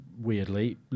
weirdly